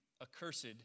accursed